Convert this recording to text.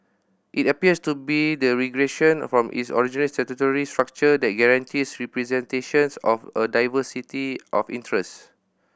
it appears to be a regression from its original statutory structure that guarantees representation of a diversity of interest